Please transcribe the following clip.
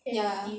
ya